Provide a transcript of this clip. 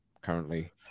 currently